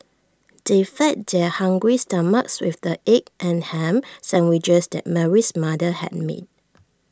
they fed their hungry stomachs with the egg and Ham Sandwiches that Mary's mother had made